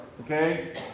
okay